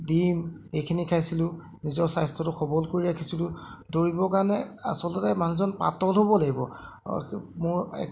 ডিম এইখিনি খাইছিলোঁ নিজৰ স্বাস্থ্যটো সবল কৰি ৰাখিছিলোঁ দৌৰিব কাৰণে আচলতে মানুহজন পাতল হ'ব লাগিব মোৰ